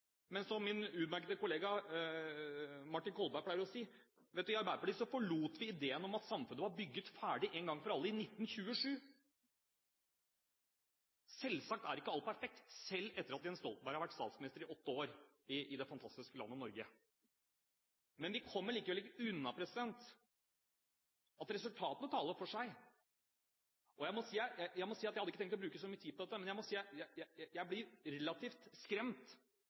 Men som min utmerkede kollega Martin Kolberg pleier å si: I Arbeiderpartiet forlot vi idéen om at samfunnet var bygget ferdig én gang for alle i 1927. Selvsagt er ikke alt perfekt, selv etter at Jens Stoltenberg har vært statsminister i åtte år i det fantastiske landet Norge. Men vi kommer likevel ikke unna at resultatene taler for seg. Jeg hadde ikke tenkt å bruke så mye tid på dette, men jeg må si at jeg blir relativt skremt